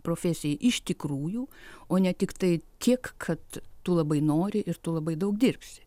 profesijai iš tikrųjų o ne tiktai tiek kad tu labai nori ir tu labai daug dirbsi